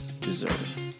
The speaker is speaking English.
deserve